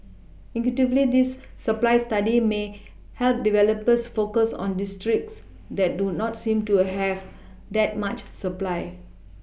intuitively this supply study may help developers focus on districts that do not seem to have that much supply